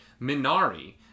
Minari